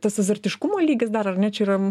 tas azartiškumo lygis dar ar ne čia yra